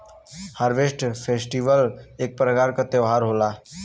harvest festival एक प्रकार क त्यौहार होला